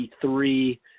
three